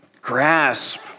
grasp